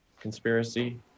conspiracy